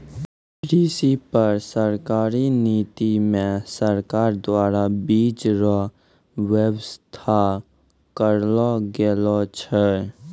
कृषि पर सरकारी नीति मे सरकार द्वारा बीज रो वेवस्था करलो गेलो छै